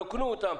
רוקנו אותם.